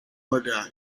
mother